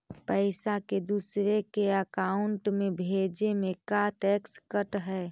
पैसा के दूसरे के अकाउंट में भेजें में का टैक्स कट है?